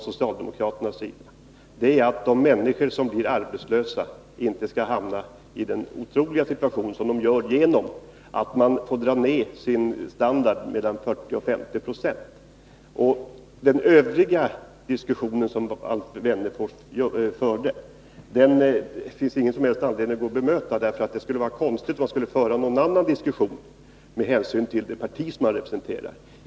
Socialdemokraterna begär att de människor som blir arbetslösa inte skall hamna i den otroliga situationen att de måste sänka sin standard med mellan 40 och 50 96. Vad Alf Wennerfors f. ö. sade finns det ingen anledning att bemöta. Det skulle vara konstigt, om man skulle föra en annan diskussion med hänsyn till det parti som man representerar.